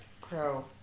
crow